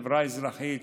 חברה אזרחית,